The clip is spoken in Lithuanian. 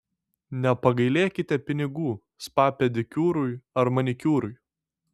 nepagailėkite pinigų spa pedikiūrui ar manikiūrui